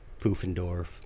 Poofendorf